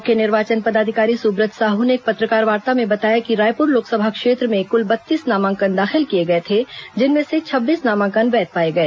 मुख्य निर्वाचन पदाधिकारी सुब्रत साहू ने एक पत्रकारवार्ता में बताया कि रायपुर लोकसभा क्षेत्र में कुल बत्तीस नामांकन दाखिल किए गए थे जिनमें से छब्बीस नामांकन वैध पाए गए